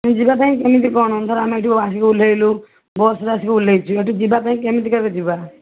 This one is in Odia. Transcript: ମୁଁ ଯିବା ପାଇଁ କେମିତି କ'ଣ ଧର ଆମେ ଏଇଠି ଆସିକି ଓହ୍ଲାଇଲୁ ବସ୍ରେ ଆସିକି ଓହ୍ଲାଇଛୁ ସେଠି ଯିବା ପାଇଁ କେମିତି ଆମେ ଯିବା